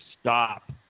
stop